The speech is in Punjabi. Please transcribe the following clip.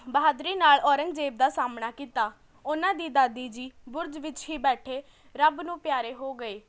ਬਹਾਦਰੀ ਨਾਲ ਔਰੰਗਜ਼ੇਬ ਦਾ ਸਾਹਮਣਾ ਕੀਤਾ ਉਹਨਾਂ ਦੀ ਦਾਦੀ ਜੀ ਬੁਰਜ ਵਿੱਚ ਹੀ ਬੈਠੇ ਰੱਬ ਨੂੰ ਪਿਆਰੇ ਹੋ ਗਏ